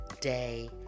day